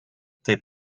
taip